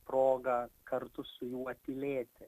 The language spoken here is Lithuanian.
progą kartu su juo tylėti